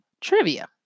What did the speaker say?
Trivia